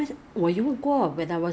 muslim 可以用